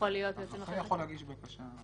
הזוכה יכול להגיש בקשה,